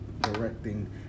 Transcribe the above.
directing